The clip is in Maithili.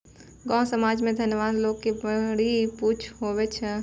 गाँव समाज मे धनवान लोग के बड़ी पुछ हुवै छै